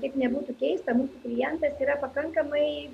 kaip nebūtų keista klientas yra pakankamai